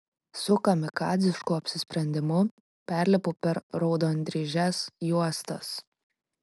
su kamikadzišku apsisprendimu perlipu per raudondryžes juostas